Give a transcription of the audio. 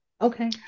okay